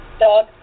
Dog